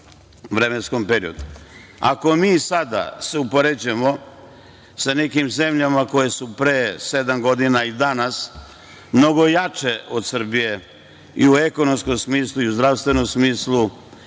vremenskom periodu. Ako mi sada se upoređujemo sa nekim zemljama koje su pre sedam godina i danas mnogo jače od Srbije i u ekonomskom smislu i u zdravstvenom smislu